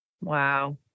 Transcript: wow